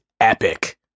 epic